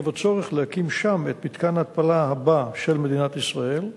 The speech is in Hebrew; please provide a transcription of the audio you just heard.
עקב הצורך להקים שם את מתקן ההתפלה הבא של מדינת ישראל,